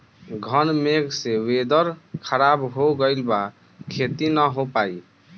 घन मेघ से वेदर ख़राब हो गइल बा खेती न हो पाई